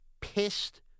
pissed